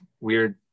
weird